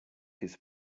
his